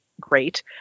great